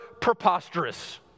preposterous